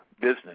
business